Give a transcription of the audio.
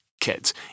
kids